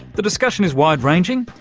the discussion is wide-ranging,